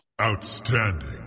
Outstanding